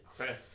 okay